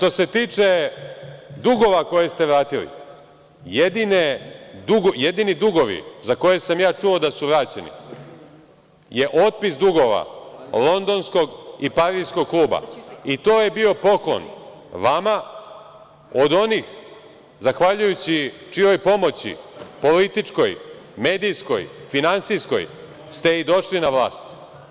Što se tiče dugova koje ste vratili, jedini dugovi za koje sam ja čuo da su vraćeni, je otpis dugova Londonskog i Pariskog kluba i to je bio poklon vama od onih, zahvaljujući čijoj pomoći političkoj, medijskoj, finansijskoj ste i došli na vlast.